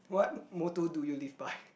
what motto do you live by